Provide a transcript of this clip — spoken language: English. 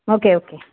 okay okay